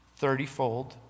thirtyfold